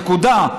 נקודה.